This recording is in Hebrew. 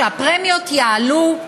שהפרמיות יעלו,